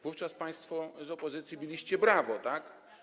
Wówczas państwo z opozycji biliście brawo, tak?